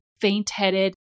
faint-headed